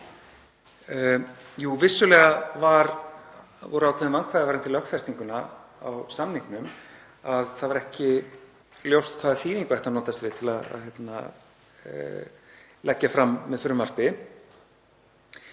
Vissulega voru ákveðin vandkvæði varðandi lögfestinguna á samningnum, það var ekki ljóst hvaða þýðingu ætti að notast við til að leggja fram með frumvarpi.